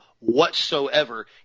whatsoever